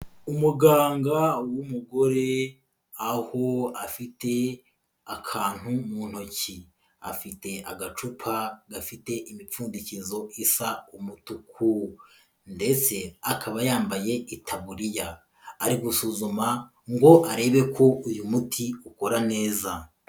Umuganga w'umugore aho afite akantu mu ntoki. Afite agacupa gafite imipfundikizo isa umutuku ndetse akaba yambaye itaburiya. Ari gusuzuma ngo arebe ko uyu muti ukora neza.